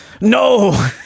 no